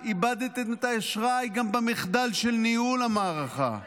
איבדתם את האשראי גם במחדל של ניהול המערכה.